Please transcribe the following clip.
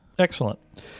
Excellent